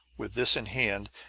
with this in hand,